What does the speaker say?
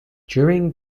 during